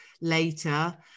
later